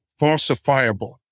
falsifiable